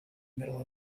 middle